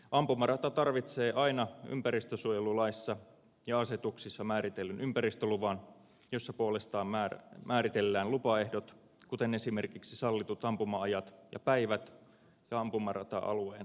ampumarata tarvitsee aina ympäristönsuojelulaissa ja asetuksissa määritellyn ympäristöluvan jossa puolestaan määritellään lupaehdot kuten esimerkiksi sallitut ampuma ajat ja päivät ja ampumarata alueen aitaaminen